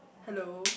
hello